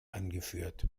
angeführt